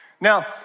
Now